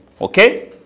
Okay